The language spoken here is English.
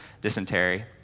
dysentery